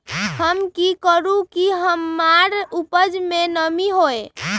हम की करू की हमार उपज में नमी होए?